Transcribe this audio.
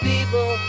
People